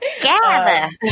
gather